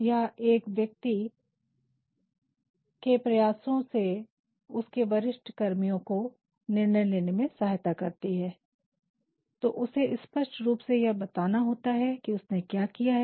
यह एक व्यक्ति के प्रयासों से उसके वरिष्ठ कर्मियों को निर्णय लेने में सहायता करती है तो उसे स्पष्ट रूप से यह बताना होता है कि उसने क्या किया है